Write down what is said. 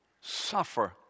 suffer